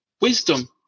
wisdom